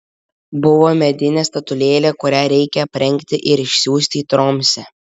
buvo medinė statulėlė kurią reikia aprengti ir išsiųsti į tromsę